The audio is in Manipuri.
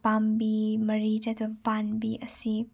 ꯄꯥꯝꯕꯤ ꯃꯔꯤ ꯆꯠꯇꯕ ꯄꯥꯝꯕꯤ ꯑꯁꯤ